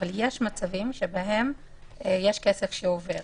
אבל יש מצבים שבהם יש כסף שעובר.